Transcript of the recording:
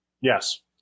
Yes